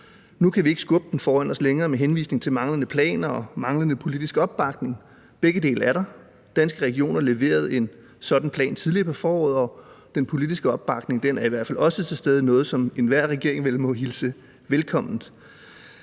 Nu kan vi ikke skubbe den foran os længere med henvisning til manglende planer og manglende politisk opbakning, for begge dele er der. Danske Regioner leverede en sådan plan tidligere på foråret, og den politiske opbakning er i hvert fald også til stede – noget, som enhver regering vel må hilse velkommen.